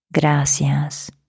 Gracias